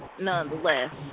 nonetheless